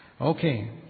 Okay